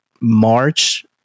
March